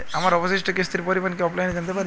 আমার অবশিষ্ট কিস্তির পরিমাণ কি অফলাইনে জানতে পারি?